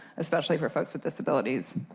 especially for folks with disability's.